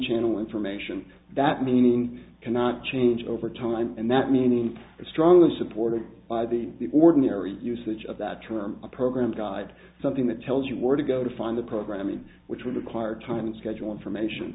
channel information that meaning cannot change over time and that meaning is strongly supported by the ordinary usage of that term a program guide something that tells you where to go to find the programming which will require time schedule information